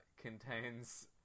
contains